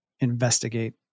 investigate